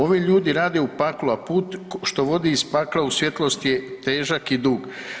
Ovi ljudi rade u paklu, a put što vodi iz pakla u svjetlost je težak i dug.